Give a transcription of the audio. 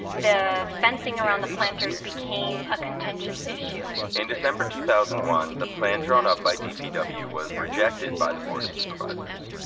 the fencing around the planters became a contentious issue in december two thousand and one, the plan drawn up by dpw was rejected by the board of supervisors.